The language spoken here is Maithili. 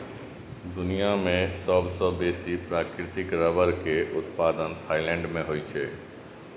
दुनिया मे सबसं बेसी प्राकृतिक रबड़ के उत्पादन थाईलैंड मे होइ छै